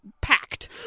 packed